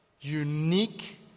unique